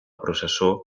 processó